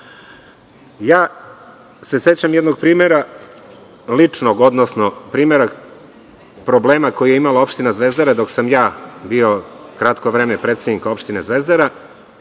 se jednog ličnog primera, odnosno primera problema koji je imala opština Zvezdara dok sam ja bio kratko vreme predsednik opštine Zvezdara.